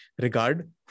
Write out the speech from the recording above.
regard